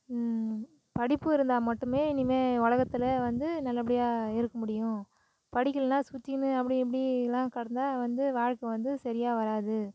படிப்பு இருந்தால் மட்டுமே இனிமேல் உலகத்துல வந்து நல்லபடியாக இருக்க முடியும் படிக்கலைனா சுத்தின்னு அப்படி இப்படிலாம் கிடந்தா வந்து வாழ்க்கை வந்து சரியாக வராது